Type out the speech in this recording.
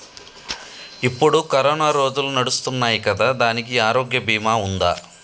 ఇప్పుడు కరోనా రోజులు నడుస్తున్నాయి కదా, దానికి ఆరోగ్య బీమా ఉందా?